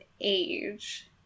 age